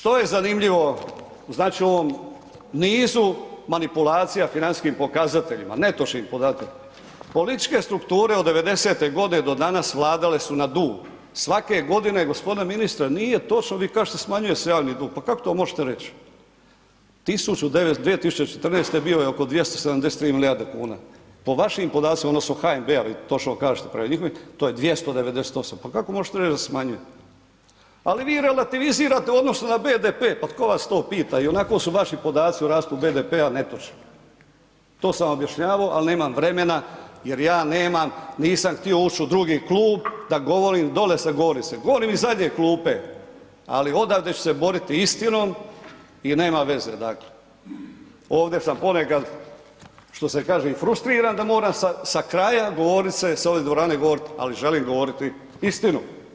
E sada, što je zanimljivo znači u ovom nizu manipulacija financijskim pokazateljima, netočnih podataka, političke strukture od '90.-te godine do danas vladale su na dug, svake godine g. ministre nije točno, vi kažete smanjuje se javni dug, pa kako to možete reć, 2014. bio je oko 273 milijarde kuna, po vašim podacima odnosno HNB-a, vi točno kažete prema njihovim, to je 298, pa kako možete reć da se smanjuje, ali vi relativizirate u odnosu na BDP, pa tko vas to pita ionako su vaši podaci o rastu BDP-a netočni, to sam vam objašnjavao, al nemam vremena jer ja nemam, nisam htio uć u drugi klub da govorim, dole se govori se, govorim iz zadnje klupe, ali odavde ću se boriti istinom i nema veze dakle, ovde sam ponekad što se kaže i frustriran da moram sa, sa kraja govornice s ove dvorane govorit, ali želim govorit istinu.